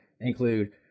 include